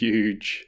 Huge